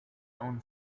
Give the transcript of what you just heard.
own